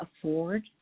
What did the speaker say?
afford